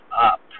up